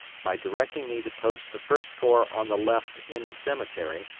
by directing me to post the first corps on the left in the cemetery,